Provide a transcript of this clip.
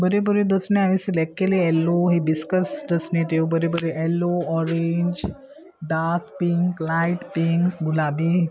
बऱ्यो बऱ्यो दसणी हांवें सिलेक्ट केली एल्लो हीबिस्कस डस्ने त्यो बऱ्यो बऱ्यो एल्लो orange dark pink light pink गुलाबी